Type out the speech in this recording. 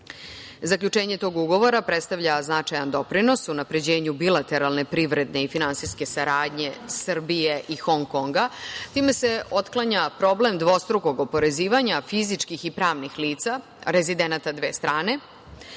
Zaključenje tog ugovora predstavlja značajan doprinos unapređenju bilateralne privredne i finansijske saradnje Srbije i Hong Konga. Time se otklanja problem dvostrukog oporezivanja fizičkih i pravnih lica rezidenata dve strane.